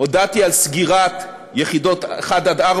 הודעתי על סגירת יחידות 1 4,